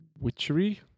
witchery